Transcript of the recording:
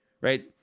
Right